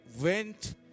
went